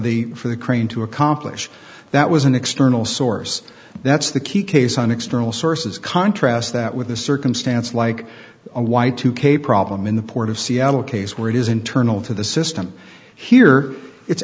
the for the crane to accomplish that was an external source that's the key case on external sources contrast that with a circumstance like a yk problem in the port of seattle case where it is internal to the system here it's